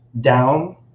down